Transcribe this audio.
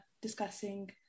discussing